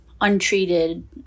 untreated